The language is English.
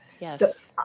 Yes